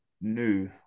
New